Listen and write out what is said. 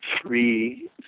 three